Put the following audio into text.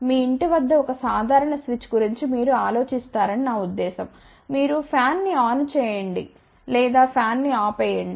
మీ ఇంటి వద్ద ఒక సాధారణ స్విచ్ గురించి మీరు ఆలోచిస్తారని నా ఉద్దేశ్యం మీరు ఫ్యాన్ ని ఆన్ చేయండి లేదా ఫ్యాన్ ని ఆపివేయండి